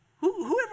whoever